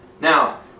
Now